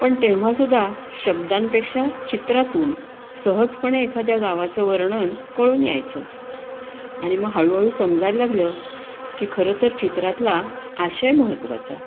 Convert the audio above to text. पण तेव्हासुद्धा शब्दांपेक्षा चित्रातून सहजपणे एखाद्या गावाचं वर्णन कळून यायचं आणि मग हळूहळू समजायला लागलं की खरंतर चित्रातला आशय महत्त्वाचा